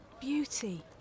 beauty